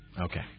Okay